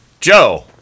Joe